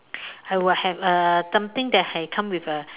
I would have uh something that come with a